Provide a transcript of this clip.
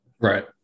Right